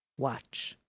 watch